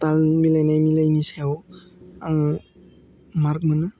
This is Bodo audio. टाल मिलायनाय मिलायैनि सायाव आङो मार्क मोनो